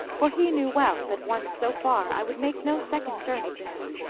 for he knew well that once so far i would make no second journey to him.